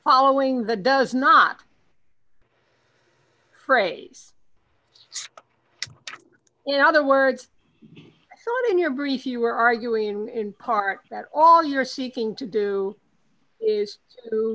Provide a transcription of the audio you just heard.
following that does not phrase in other words so in your brief you are arguing in part that all you are seeking to do is to